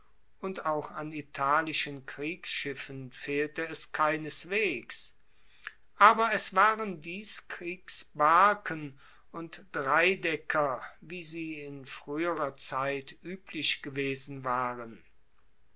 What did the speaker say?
und auch an italischen kriegsschiffen fehlte es keineswegs aber es waren dies kriegsbarken und dreidecker wie sie in frueherer zeit ueblich gewesen waren